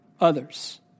others